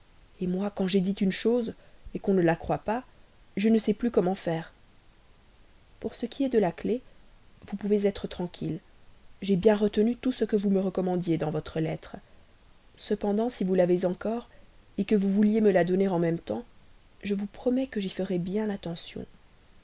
confiance moi quand j'ai dit une chose qu'on ne la croit pas je ne sais plus comment faire pour ce qui est de la clef vous pouvez être tranquille j'ai bien retenu tout ce que vous me recommandiez dans votre lettre cependant si vous l'avez encore que vous vouliez me la donner en même temps je vous promets que j'y ferai bien attention